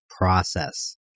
process